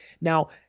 Now